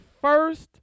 first